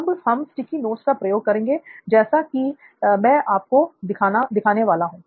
अब हम sticky notes का प्रयोग करेंगे जैसा कि मैं आपको दिखाने वाला हूं